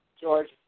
George